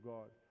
God